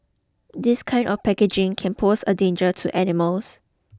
this kind of packaging can pose a danger to animals